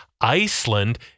Iceland